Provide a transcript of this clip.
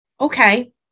Okay